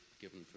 given